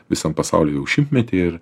visam pasauly jau šimtmetį ir